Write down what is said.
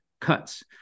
cuts